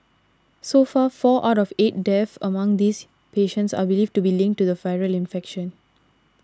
so far four out of eight deaths among these patients are believed to be linked to the virus infection